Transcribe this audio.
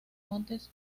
montes